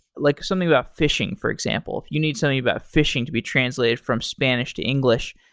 like something about fishing for example. if you need something about fishing to be translated from spanish to english,